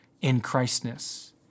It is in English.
in-Christness